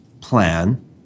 plan